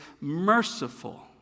merciful